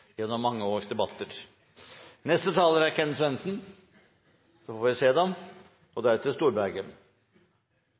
gjennom mange års debatter. – Neste taler er